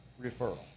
referral